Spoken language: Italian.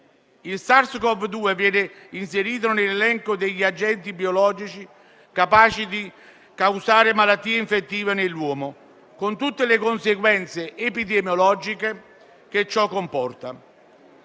Il SARS-Cov-2 viene inserito nell'elenco degli agenti biologici capaci di causare malattie infettive nell'uomo, con tutte le conseguenze epidemiologiche che ciò comporta.